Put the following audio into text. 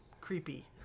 creepy